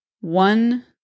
One